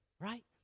right